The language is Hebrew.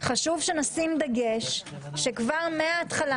חשוב שנשים דגש שמההתחלה,